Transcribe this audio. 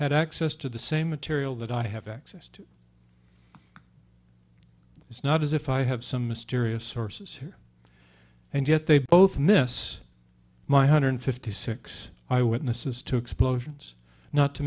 had access to the same material that i have access to it's not as if i have some mysterious sources here and yet they both miss my hundred fifty six i witnesses to explosions not to